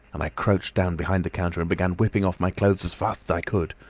um i crouched down behind the counter and began whipping off my clothes as fast as i could.